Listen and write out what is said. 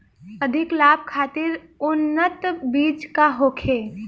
अधिक लाभ खातिर उन्नत बीज का होखे?